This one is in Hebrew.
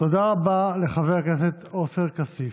תודה רבה לחבר הכנסת עופר כסיף.